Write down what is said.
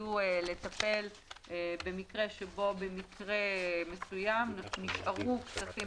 נועדו לטפל כאשר במקרה מסוים נשארו כספים